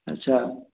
अच्छा